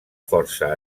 força